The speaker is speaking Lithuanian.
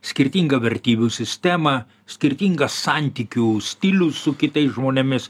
skirtingą vertybių sistemą skirtingą santykių stilių su kitais žmonėmis